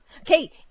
Okay